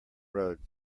road